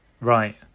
right